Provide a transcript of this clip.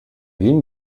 ging